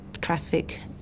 traffic